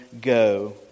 go